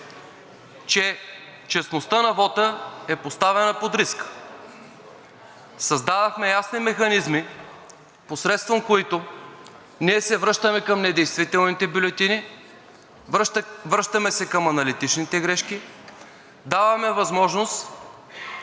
че честността на вота е поставена под риск. Създадохме ясни механизми, посредством които ние се връщаме към недействителните бюлетини, връщаме се към аналитичните грешки, даваме възможност